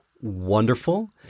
wonderful